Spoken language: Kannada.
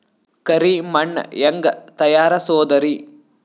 ಕರಿ ಮಣ್ ಹೆಂಗ್ ತಯಾರಸೋದರಿ?